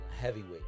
heavyweight